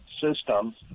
system